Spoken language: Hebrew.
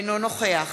אינו נוכח